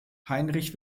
heinrich